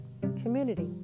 community